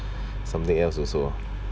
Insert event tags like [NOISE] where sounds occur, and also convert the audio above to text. [BREATH] something else also ah